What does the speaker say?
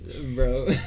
Bro